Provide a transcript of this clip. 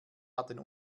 hatten